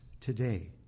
today